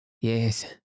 Yes